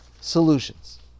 solutions